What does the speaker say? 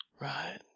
Right